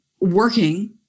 working